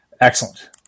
excellent